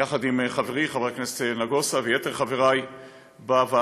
יחד עם חברי חבר הכנסת נגוסה ויתר חבריי בוועדה,